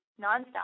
nonstop